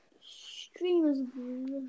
streamers